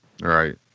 Right